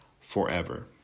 forever